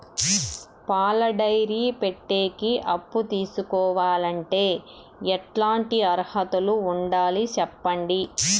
పాల డైరీ పెట్టేకి అప్పు తీసుకోవాలంటే ఎట్లాంటి అర్హతలు ఉండాలి సెప్పండి?